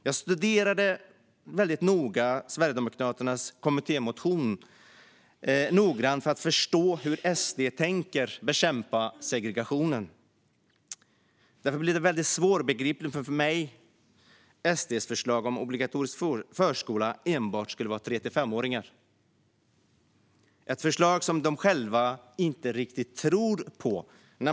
Jag studerade väldigt noga Sverigedemokraternas kommittémotion för att förstå hur SD tänker bekämpa segregationen. Därför blir SD:s förslag om obligatorisk förskola enbart för tre till femåringar väldigt svårbegripligt för mig. Det är ett förslag som de själva inte riktigt tror på.